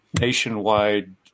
nationwide